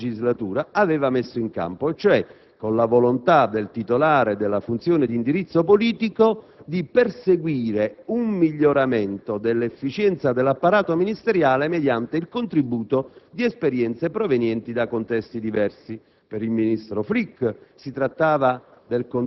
nella XIII legislatura aveva messo in campo, cioè con la volontà del titolare della funzione di indirizzo politico di perseguire un miglioramento dell'efficienza dell'apparato ministeriale, mediante il contributo di esperienze provenienti da contesti diversi